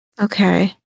Okay